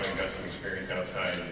experience outside